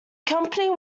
company